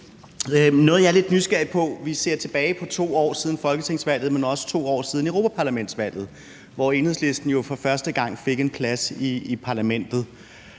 noget, jeg er lidt nysgerrig efter at vide. Det er 2 år siden, der var folketingsvalg, men det er også 2 år siden, der var europaparlamentsvalg, hvor Enhedslisten jo for første gang fik en plads i parlamentet.